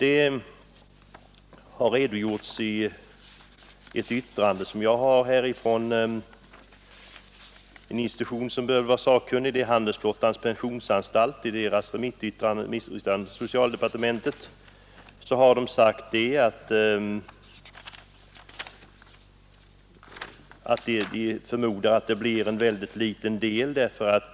I ett remissyttrande till socialdepartementet från en institution som bör vara sakkunnig — Handelsflottans pensionsanstalt — har anförts att förmodligen en mycket liten del av utländska sjömännen kommer att begära tilläggspension.